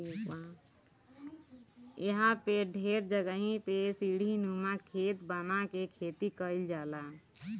इहां पे ढेर जगही पे सीढ़ीनुमा खेत बना के खेती कईल जाला